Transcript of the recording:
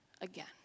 again